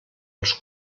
els